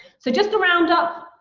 so just a roundup,